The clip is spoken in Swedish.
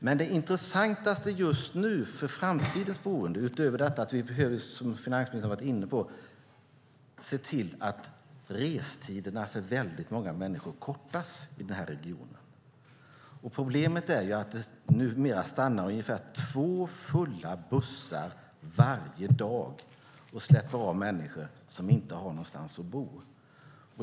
Det intressanta för framtidens boende är att vi, som finansministern var inne på, behöver se till att restiderna för väldigt många människor kortas i den här regionen. Problemet är att det numera stannar ungefär två fulla bussar varje dag och släpper av människor som inte har någonstans att bo.